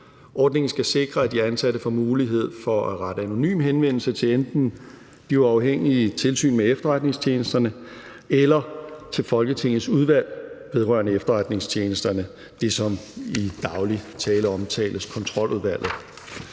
Ordningen skal sikre, at de ansatte får mulighed for at rette anonym henvendelse til enten det uafhængige Tilsynet med Efterretningstjenesterne eller til Folketingets udvalg vedrørende efterretningstjenesterne – det, som i daglig tale omtales som Kontroludvalget.